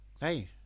Hey